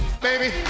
baby